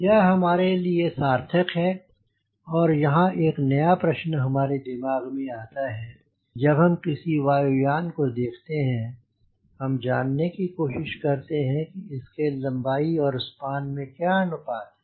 यह हमारे लिए सार्थक है और यहाँ एक नया प्रश्न हमारे दिमाग में आता है जब हम किसी वायु यान को देखते हैं हम जानने की कोशिश करते हैं कि इसके लम्बाई और स्पान में क्या अनुपात है